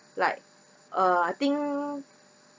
like uh I think